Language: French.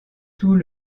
tout